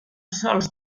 sols